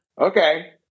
Okay